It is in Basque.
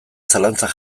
zalantzan